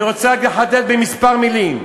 אני רוצה רק לחדד בכמה מילים: